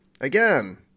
Again